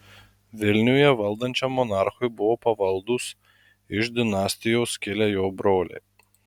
vilniuje valdančiam monarchui buvo pavaldūs iš dinastijos kilę jo broliai